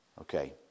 Okay